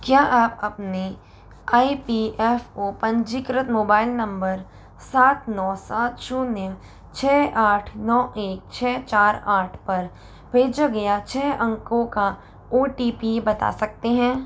क्या आप अपने आई पी एफ़ ओ पंजीकृत मोबाइल नम्बर सात नौ सात शून्य छः आठ नौ एक छः चार आठ पर भेजा गया छः अंकों का ओ टी पी बता सकते हैं